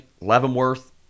Leavenworth